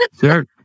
Sure